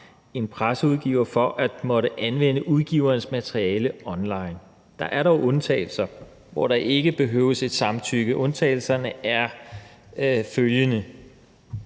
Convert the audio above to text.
en presseudgiver for at måtte anvende udgiverens materiale online. Der er dog undtagelser, hvor der ikke behøves et samtykke. Undtagelserne er følgende: